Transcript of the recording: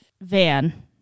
Van